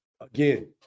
again